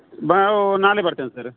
ನಾವೂ ನಾಳೆ ಬರ್ತೇನೆ ಸರ್